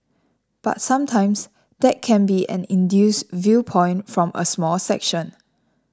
but sometimes that can be an induced viewpoint from a small section